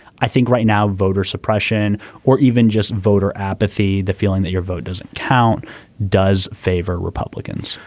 i think right now voter suppression or even just voter apathy the feeling that your vote doesn't count does favor republicans.